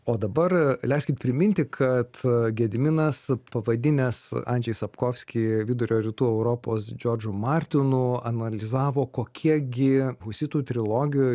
o dabar leiskit priminti kad gediminas pavadinęs andžej sapkovski vidurio rytų europos džordžu martinu analizavo kokie gi husitų trilogijoj